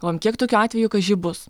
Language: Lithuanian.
galvojom kiek tokiu atveju kaži bus